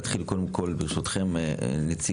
נתחיל קודם כל ברשותכם עם נציג